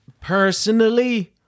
personally